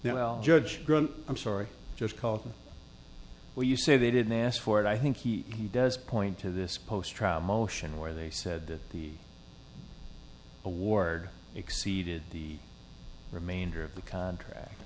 well judge i'm sorry just called well you say they didn't ask for it i think he does point to this post trial motion where they said that the award exceeded the remainder of the contract